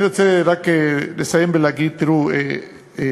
אני רוצה לסיים ולהגיד שתקציב